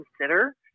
consider